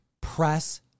press